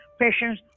patients